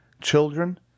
children